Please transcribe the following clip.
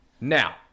Now